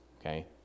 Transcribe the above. Okay